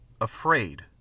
afraid